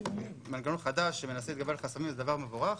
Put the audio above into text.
מנגנון חדש שמנסה להתגבר על חסמים זה דבר מבורך,